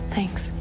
Thanks